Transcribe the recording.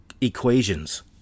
Equations